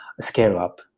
scale-up